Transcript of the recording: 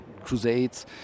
crusades